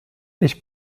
ich